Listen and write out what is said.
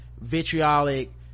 vitriolic